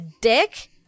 dick